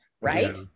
Right